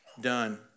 done